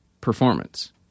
performance